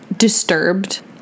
Disturbed